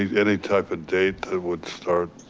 yeah any type of date that would start?